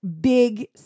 big